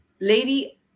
lady